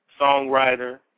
songwriter